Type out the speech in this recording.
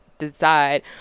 decide